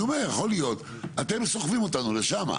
אני אומר, יכול להיות, אתם סוחבים אותנו לשם.